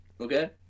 Okay